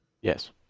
Yes